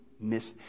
miss